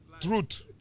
truth